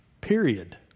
Period